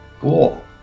Cool